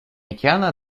океана